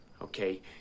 okay